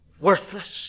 Worthless